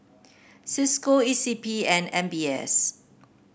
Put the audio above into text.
Cisco E C P and M B S